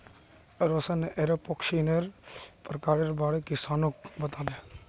रौशन एरोपोनिक्सेर प्रकारेर बारे किसानक बताले